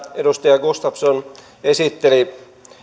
edustaja gustafsson esitteli